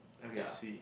ya